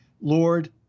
Lord